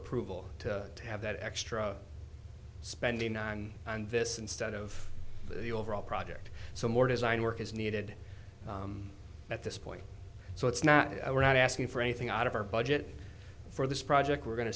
approval to have that extra spending nine and this instead of the overall project so more design work is needed at this point so it's not we're not asking for anything out of our budget for this project we're going to